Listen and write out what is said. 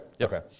Okay